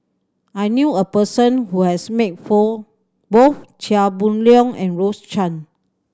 I knew a person who has met for both Chia Boon Leong and Rose Chan